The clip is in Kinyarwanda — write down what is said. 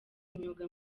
imyuga